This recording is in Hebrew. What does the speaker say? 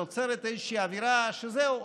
נוצרת איזושהי אווירה שזהו,